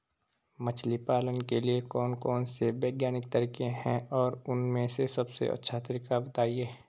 मछली पालन के लिए कौन कौन से वैज्ञानिक तरीके हैं और उन में से सबसे अच्छा तरीका बतायें?